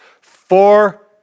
Four